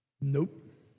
Nope